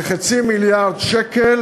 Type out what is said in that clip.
כחצי מיליארד שקל